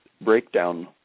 breakdown